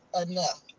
enough